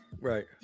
Right